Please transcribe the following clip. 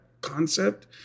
concept